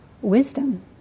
wisdom